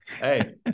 Hey